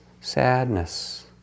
sadness